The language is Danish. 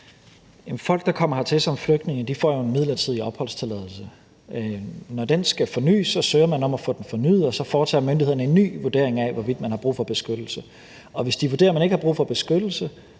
Folk, der kommer hertil som flygtninge, får jo en midlertidig opholdstilladelse. Når den skal fornys, søger man om at få den fornyet, og så foretager myndighederne en ny vurdering af, hvorvidt man har brug for beskyttelse. Hvis de vurderer, at man ikke har brug for beskyttelse,